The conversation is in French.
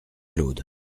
claude